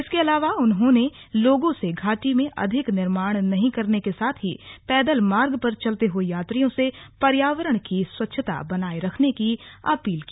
इसके अलावा उन्होंने लोगों से घाटी में अधिक निर्माण नहीं करने के साथ ही पैदल मार्ग पर चलते हुए यात्रियों से पर्यावरण की स्वच्छता बनाये रखने की अपील भी की